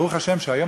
ברוך השם שהיום,